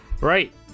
right